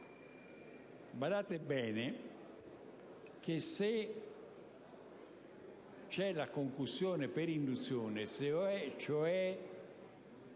Badate bene che se c'è la concussione per induzione, cioè